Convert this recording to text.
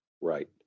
Right